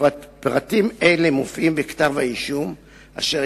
פרטים אלה מופיעים בכתב-האישום אשר